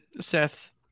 Seth